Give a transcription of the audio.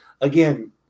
again